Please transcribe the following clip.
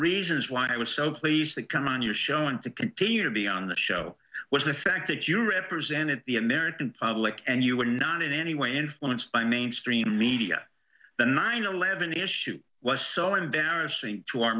reasons why i was so pleased that come on your show and to continue to be on the show was the fact that you're representing the american public and you were not in any way influenced by mainstream media the nine eleven issue was so embarrassing to our